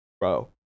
Bro